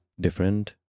different